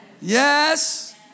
Yes